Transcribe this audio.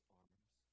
arms